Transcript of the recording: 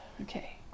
Okay